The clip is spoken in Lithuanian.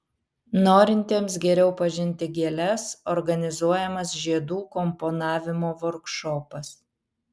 norintiems geriau pažinti gėles organizuojamas žiedų komponavimo vorkšopas